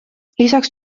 lisaks